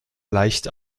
leicht